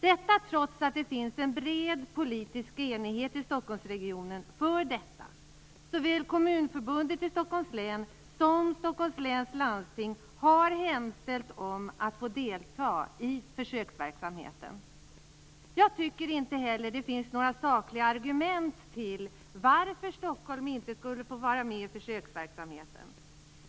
Detta trots att det finns en bred politisk enighet i Stockholmsregionen för detta - såväl Kommunförbundet i Stockholms län som Stockholms läns landsting har hemställt om att få delta i försöksverksamheten. Jag tycker inte heller att det finns några sakliga argument för att Stockholm inte skulle få vara med i försöksverksamheten.